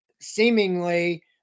seemingly